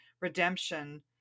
redemption